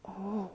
oh